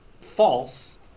false